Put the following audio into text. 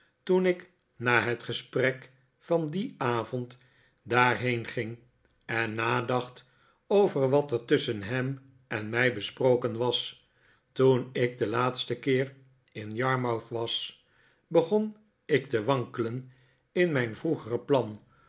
toen ik na het gesprek van dien avond daarheen ging en nadacht over wat er tusschen ham en mij besproken was toen ik den laatsten keer in yarmouth was begon ik te wankelen in mijn vroegere plan